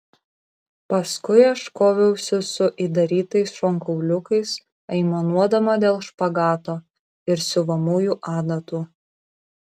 paskui aš koviausi su įdarytais šonkauliukais aimanuodama dėl špagato ir siuvamųjų adatų